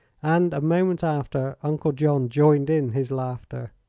and, a moment after, uncle john joined in his laughter.